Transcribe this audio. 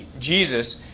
Jesus